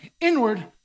inward